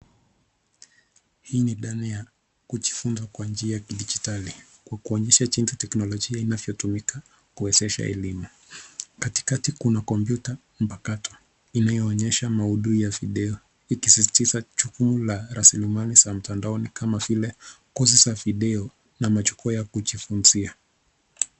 Hii ni dhana ya kujifunza kwa njia ya kidijitali kwa kuinyesha jinsi teknolojia inavyotumika kuwezesha elimu. Katikati kuna kompyuta mpakato inayoonyesha maudhui ya video ikisisitiza jukumu la raslimali za mtandaoni kama vile kosi za video na majukwaa ya kujifunzia.